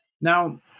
Now